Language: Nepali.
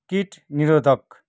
किट निरोधक